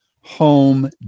home